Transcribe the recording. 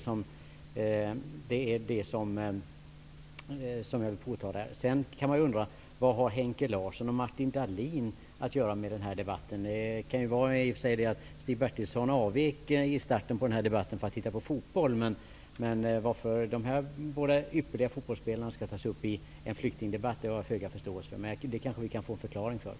Sedan kan man undra vad Henke Larsson och Martin Dahlin har att göra med denna debatt. Det kanske beror på att Stig Bertilsson i början av denna debatt avvek för att se på fotboll. Men att dessa båda ypperliga fotbollsspelare skall tas upp i en flyktingdebatt har jag föga förståelse för. Det kanske vi kan få en förklaring till.